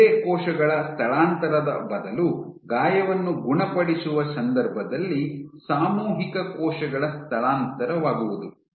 ಒಂದೇ ಕೋಶಗಳ ಸ್ಥಳಾಂತರದ ಬದಲು ಗಾಯವನ್ನು ಗುಣಪಡಿಸುವ ಸಂದರ್ಭದಲ್ಲಿ ಸಾಮೂಹಿಕ ಕೋಶಗಳ ಸ್ಥಳಾಂತರವಾಗುವುದು